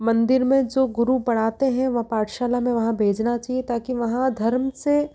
मंदिर में जो गुरु पढ़ाते हैं वह पाठशाला में वहाँ भेजना चाहिए ताकि वहाँ धर्म से